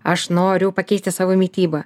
aš noriu pakeisti savo mitybą